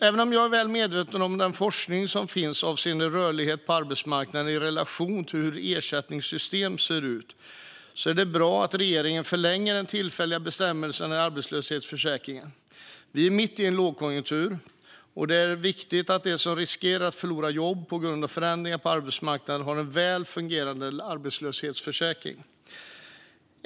Även om jag är väl medveten om den forskning som finns avseende rörlighet på arbetsmarknaden i relation till hur ersättningsystemen ser ut anser jag att det är bra att regeringen förlänger den tillfälliga bestämmelsen i arbetslöshetsförsäkringen. Vi är mitt i en lågkonjunktur, och då är det viktigt att de som riskerar att förlora jobbet på grund av förändringar på arbetsmarknaden har en väl fungerande arbetslöshetsförsäkring.